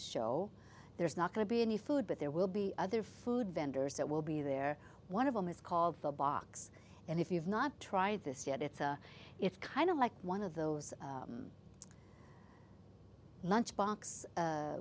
show there's not going to be any food but there will be other food vendors that will be there one of them is called the box and if you've not tried this yet it's it's kind of like one of those lunch box a